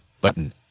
button